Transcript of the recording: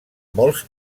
molts